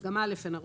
גם א' אין הרבה.